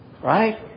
right